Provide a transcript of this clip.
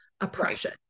oppression